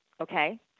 okay